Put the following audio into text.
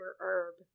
Herb